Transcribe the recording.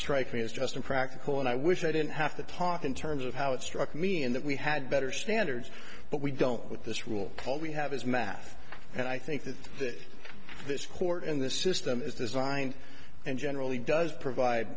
strike me as just impractical and i wish i didn't have to talk in terms of how it struck me and that we had better standards but we don't with this rule called we have his math and i think that that this court in the system is designed and generally does provide